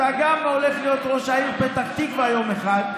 אתה גם הולך להיות ראש העיר פתח תקווה יום אחד.